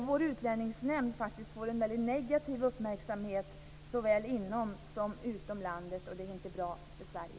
Vår utlänningsnämnd får faktiskt en mycket negativ uppmärksamhet såväl inom som utom landet. Det är inte bra för Sverige.